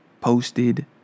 posted